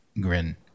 Grin